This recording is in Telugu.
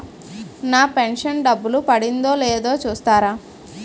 నా పెను షన్ డబ్బులు పడిందో లేదో చూస్తారా?